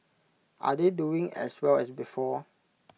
are they doing as well as before